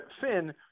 Finn